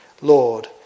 Lord